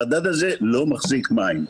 המדד הזה לא מחזיק מים.